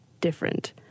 different